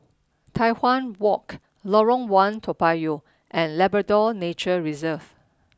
Tai Hwan Walk Lorong One Toa Payoh and Labrador Nature Reserve